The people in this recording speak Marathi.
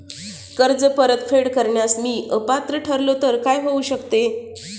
कर्ज परतफेड करण्यास मी अपात्र ठरलो तर काय होऊ शकते?